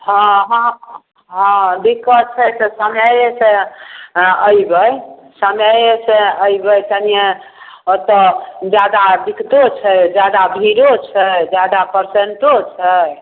हँ हँ हँ दिक्कत छै से समैएसँ अएबै समैएसँ अएबै तनिए ओतऽ ज्यादा दिक्कतो छै ज्यादा भीड़ो छै ज्यादा पेशेन्टो छै